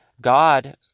God